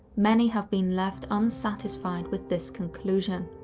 many have been left unsatisfied with this conclusion.